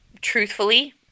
truthfully